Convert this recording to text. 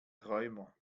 träumer